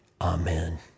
Amen